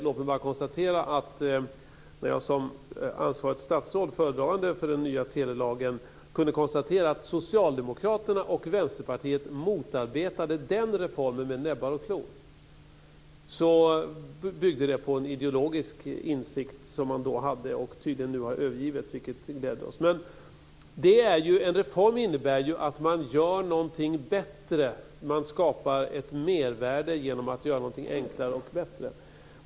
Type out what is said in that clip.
Låt mig bara konstatera att när jag som ansvarigt statsråd och föredragande för den nya telelagen kunde konstatera att Socialdemokraterna och Vänsterpartiet motarbetade den reformen med näbbar och klor så byggde det på en ideologisk insikt som de då hade och nu tydligen har övergivit, vilket gläder oss. Men en reform innebär ju att man gör någonting bättre. Man skapar ett mervärde genom att göra något enklare och bättre.